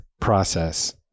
process